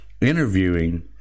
interviewing